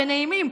בנעימים.